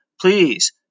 please